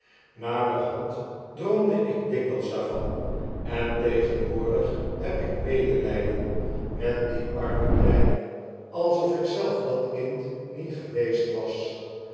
naderhand droomde ik dikwijls daarvan en tegefliw a jttg heb ik medelijden met dien arme kleine alsof ikzelf dat kind niet geweest was